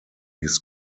his